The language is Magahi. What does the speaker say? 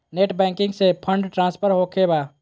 नेट बैंकिंग से फंड ट्रांसफर होखें बा?